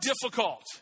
difficult